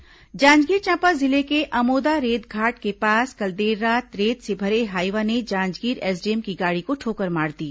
अवैध रेत परिवहन जांजगीर चांपा जिले के अमोदा रेत घाट के पास कल देर रात रेत से भरे हाईवा ने जांजगीर एसडीएम की गाड़ी को ठोकर मार दी